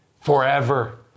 forever